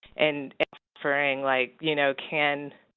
and inferring, like, you know, can.